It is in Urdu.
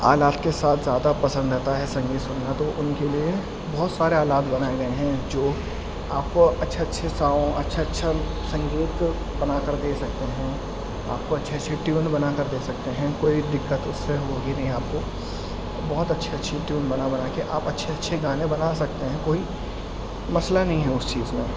آلات کے ساتھ زیادہ اب پسند رہتا ہے سنگیت سننا تو ان کے لیے بہت سارے آلات بنائے گئے ہیں جو آپ کو اچھے اچھے سانگ اچھا اچھا سنگیت بنا کر دے سکتے ہیں آپ کو اچھے اچھے ٹیون بنا کر دے سکتے ہیں کوئی دقت اس سے ہوگی نہیں آپ کو بہت اچھی اچھی ٹیون بنا بنا کے آپ اچھے اچھے گانے بنا سکتے ہیں کوئی مسئلہ نہیں ہے اس چیز میں